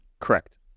Correct